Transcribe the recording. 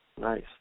Nice